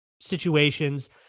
situations